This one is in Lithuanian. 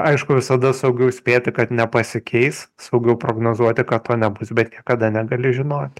aišku visada saugiau spėti kad nepasikeis saugiau prognozuoti kad to nebus bet niekada negali žinot